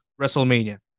Wrestlemania